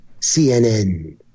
CNN